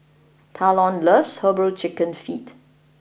Talon loves Herbal Chicken Feet